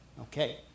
Okay